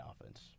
offense